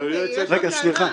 לך טענה?